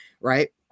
right